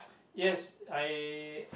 yes I